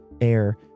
air